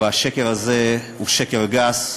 והשקר הזה הוא שקר גס.